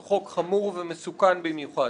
הוא חוק חמור ומסוכן במיוחד.